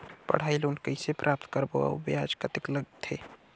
पढ़ाई लोन कइसे प्राप्त करबो अउ ब्याज कतेक लगथे?